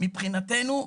מבחינתנו,